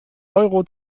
euro